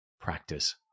practice